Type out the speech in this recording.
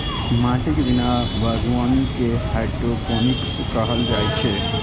माटिक बिना बागवानी कें हाइड्रोपोनिक्स कहल जाइ छै